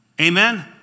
Amen